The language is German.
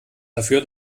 dafür